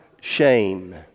shame